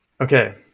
Okay